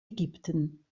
ägypten